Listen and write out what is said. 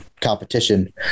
competition